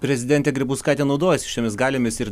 prezidentė grybauskaitė naudojosi šiomis galiomis ir